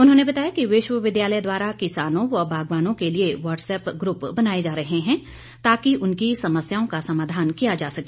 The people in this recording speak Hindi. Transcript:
उन्होंने बताया कि विश्वविद्यालय द्वारा किसानों व बागवानों के लिए वाट्सएप्प ग्रुप बनाए जा रहे हैं ताकि उनकी समस्याओं का समाधान किया जा सके